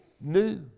new